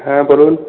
হ্যাঁ বলুন